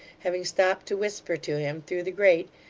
having stopped to whisper to him through the grate,